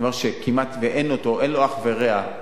אמר שאין לזה אח ורע,